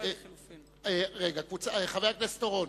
רגע, חבר הכנסת אורון,